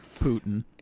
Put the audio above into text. putin